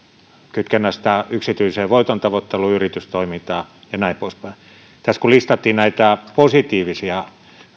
kytkennästä yksityiseen voitontavoitteluun yritystoimintaan ja näin poispäin kun tässä listattiin näitä positiivisia